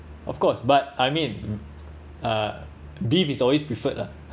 of course but I mean uh beef is always preferred ah